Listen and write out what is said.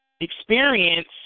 experience